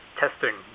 Testing